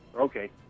Okay